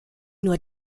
nur